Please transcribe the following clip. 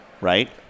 right